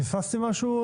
פספסתי מישהו,